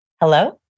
Hello